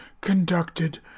conducted